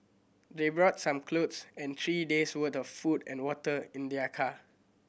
they brought some clothes and three days' worth of food and water in their car